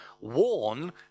warn